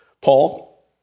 Paul